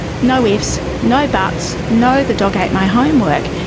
no ifs, no buts, no the dog ate my homework,